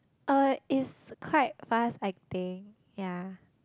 uh it's quite fast I think ya